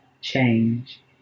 change